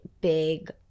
big